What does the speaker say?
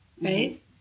Right